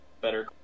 Better